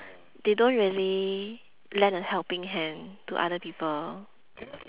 they don't really lend a helping hand to other people